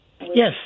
Yes